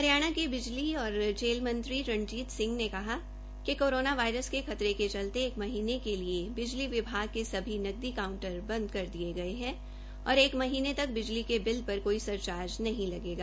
हरियाणा के बिजली तथा जेल मंत्री श्री रणजीत सिंह ने कहा कि कोरोना वायरस के खतरे के चलते एक महीने के लिए बिजली विभाग के सभी नगद काउंटर बंद कर दिए गए हैं और एक महीने तक बिजली के बिल पर कोई सरचार्ज नहीं लगेगा